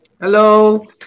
Hello